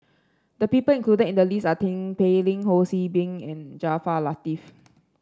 the people included in the list are Tin Pei Ling Ho See Beng and Jaafar Latiff